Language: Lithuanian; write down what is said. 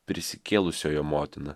prisikėlusiojo motina